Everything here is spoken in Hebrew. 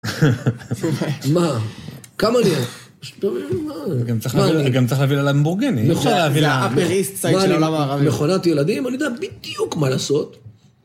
מה? כמה נהיה? גם צריך להביא לה למבורגני. נכון, זה האפר-איסט-סייד של העולם הערבי... מכונת ילדים? אני יודע בדיוק מה לעשות